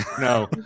No